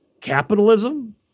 capitalism